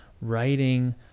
writing